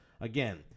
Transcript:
again